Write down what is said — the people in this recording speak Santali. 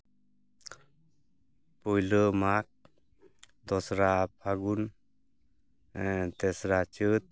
ᱯᱳᱭᱞᱳ ᱢᱟᱜᱽ ᱫᱚᱥᱨᱟ ᱯᱷᱟᱹᱜᱩᱱ ᱛᱮᱥᱨᱟ ᱪᱟᱹᱛ